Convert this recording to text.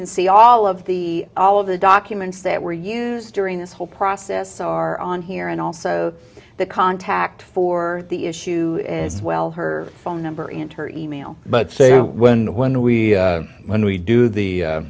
can see all of the all of the documents that were used during this whole process are on here and also the contact for the issue well her phone number and her e mail but say when when we when we do the